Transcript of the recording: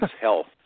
health